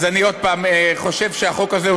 שכולנו מיוצגים בחוק הזה.